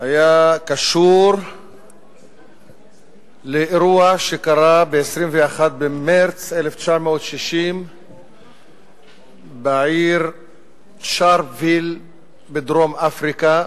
היה קשור לאירוע שקרה ב-21 במרס 1960 בעיר שרפוויל בדרום-אפריקה,